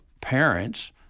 parents